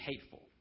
hateful